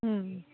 ହୁଁ